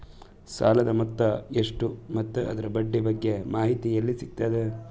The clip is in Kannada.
ಸಾಲದ ಮೊತ್ತ ಎಷ್ಟ ಮತ್ತು ಅದರ ಬಡ್ಡಿ ಬಗ್ಗೆ ಮಾಹಿತಿ ಎಲ್ಲ ಸಿಗತದ?